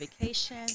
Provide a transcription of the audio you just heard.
vacation